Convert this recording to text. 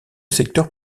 secteur